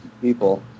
people